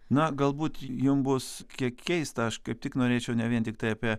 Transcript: na galbūt jum bus kiek keista aš kaip tik norėčiau ne vien tiktai apie